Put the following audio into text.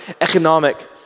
economic